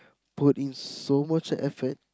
put in so much effort